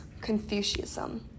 Confucianism